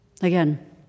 Again